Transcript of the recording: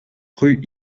rue